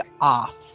off